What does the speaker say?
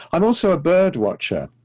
i'm also a birdwatcher,